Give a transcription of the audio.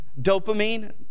Dopamine